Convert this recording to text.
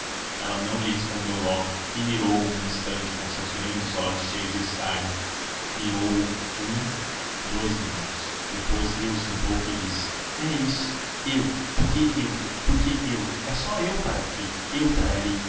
ela não lhe respondeu logo e mirou o um instante com os seus grande olhos cheios de escárnio mirou o um dous minutos depois riu-se um pouco e disse é isto eu porque eu porque eu é só eu para aqui